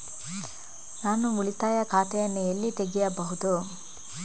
ನಾನು ಉಳಿತಾಯ ಖಾತೆಯನ್ನು ಎಲ್ಲಿ ತೆಗೆಯಬಹುದು?